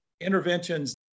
interventions